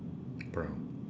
brown